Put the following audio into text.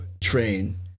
train